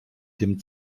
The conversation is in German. dem